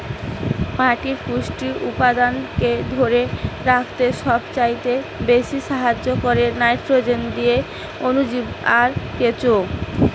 মাটির পুষ্টি উপাদানকে ধোরে রাখতে সবচাইতে বেশী সাহায্য কোরে নাইট্রোজেন দিয়ে অণুজীব আর কেঁচো